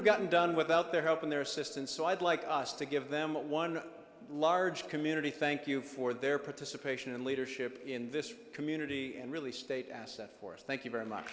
have gotten done without their help and their assistance so i'd like us to give them one large community thank you for their participation and leadership in this community and really state asset for us thank you very much